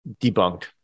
debunked